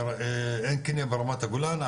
עין קנייא ברמת הגולן,